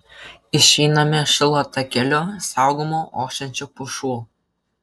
išeiname šilo takeliu saugomu ošiančių pušų